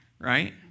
right